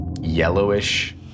yellowish